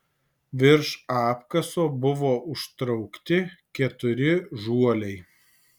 virš apkaso buvo užtraukti keturi žuoliai